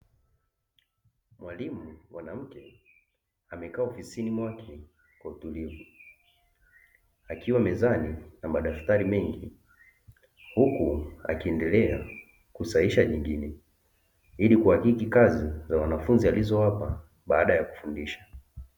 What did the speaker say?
Mwalimu mwanamke, amekaa ofisini kwakwe kwa utulivu. Akiwa mezani na madaftari mengi, huku akiendelea kusahihisha nyingine ili kuhakiki kazi za wanafunzi alizowapa baada ya kufundisha.